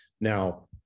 Now